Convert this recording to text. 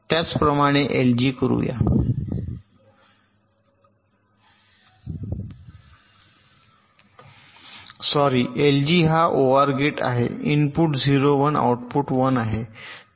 त्याचप्रमाणे एलजी करूया sorry LG हा ओआर गेट आहे इनपुट 0 1 आउटपुट 1 आहे